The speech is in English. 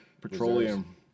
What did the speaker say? petroleum